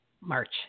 March